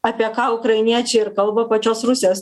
apie ką ukrainiečiai ir kalba pačios rusijos